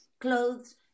clothes